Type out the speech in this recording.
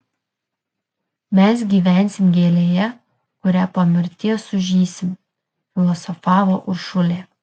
mes gyvensim gėlėje kuria po mirties sužysim filosofavo uršulė